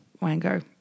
Wango